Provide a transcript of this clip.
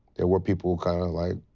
there were people, kind of like.